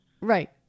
Right